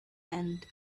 and